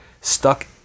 stuck